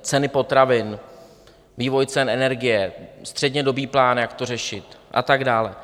Ceny potravin, vývoj cen energie, střednědobý plán, jak to řešit a tak dále.